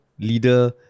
leader